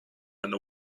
and